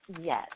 yes